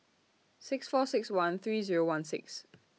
six four six one three Zero one six